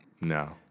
No